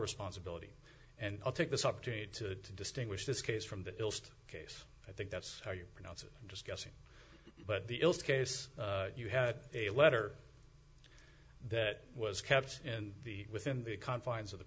responsibility and i'll take this opportunity to distinguish this case from the case i think that's how you pronounce it i'm just guessing but the ils case you had a letter that was kept in the within the confines of the